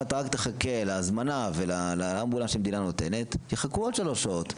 אם אתה רק תחכה להזמנה ולאמבולנס שהמדינה נותנת יחכו עוד שלוש שעות.